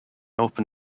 open